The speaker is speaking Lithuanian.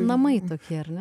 namai tokie ar ne